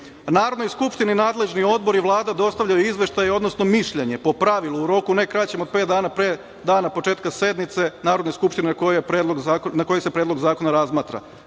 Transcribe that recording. Narodnoj skupštini nadležni odbori i Vlada dostavljaju izveštaj, odnosno mišljenje, po pravilu, u roku ne kraćem od pet dana pre dana početka sednice Narodne skupštine na kojoj se predlog zakona razmatra.38/1